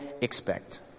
expect